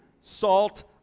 salt